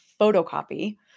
photocopy